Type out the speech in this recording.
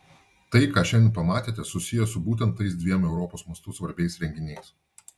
tai ką šiandien pamatėte susiję su būtent tais dviem europos mastu svarbiais renginiais